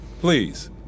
Please